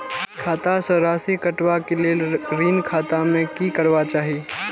खाता स राशि कटवा कै लेल ऋण खाता में की करवा चाही?